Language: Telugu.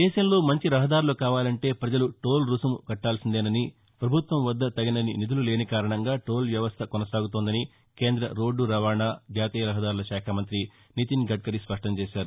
దేశంలో మంచి రహదారులు కావాలంటే ప్రజలు టోల్ రుసుము కట్టాల్సిందేనని ప్రభుత్వం వద్ద తగినన్ని నిధులు లేనికారణంగా టోల్ వ్యవస్థ కానసాగుతోందని కేంద్ర రోడ్లు రవాణా జాతీయ రహదారుల శాఖ మంత్రి నితిన్ గడ్కరీ స్పష్టం చేశారు